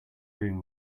room